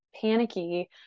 panicky